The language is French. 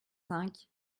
cinq